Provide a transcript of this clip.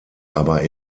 aber